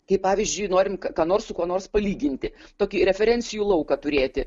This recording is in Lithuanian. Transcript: kaip pavyzdžiui norint ką nors su kuo nors palyginti tokį referencijų lauką turėti